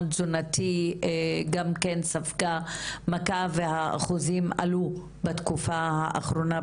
תזונתי גם כן ספגה מכה והאחוזים עלו בתקופה האחרונה,